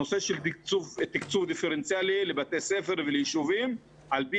הנושא של תקצוב דיפרנציאלי לבתי ספר ולישובים על פי